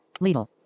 Lidl